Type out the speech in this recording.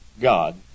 God